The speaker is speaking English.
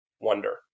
wonder